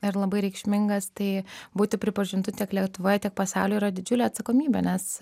ir labai reikšmingas tai būti pripažintu tiek lietuvoje tiek pasauly yra didžiulė atsakomybė nes